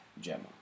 Gemma